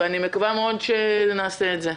אני מקווה מאוד שנעשה את זה.